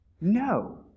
No